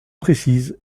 précise